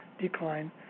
decline